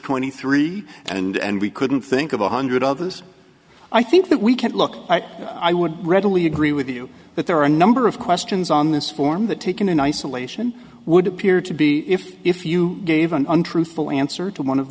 twenty three and we couldn't think of a hundred others i think that we can't look at i would readily agree with you that there are a number of questions on this form that taken in isolation would appear to be if if you gave an untruthful answer to one of